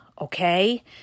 okay